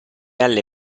alle